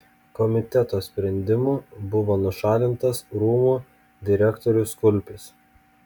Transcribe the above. komiteto sprendimu buvo nušalintas rūmų direktorius kulpis